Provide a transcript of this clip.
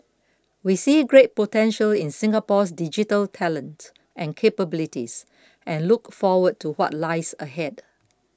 we see great potential in Singapore's digital talent and capabilities and look forward to what lies ahead